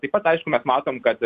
taip pat aišku kad matom kad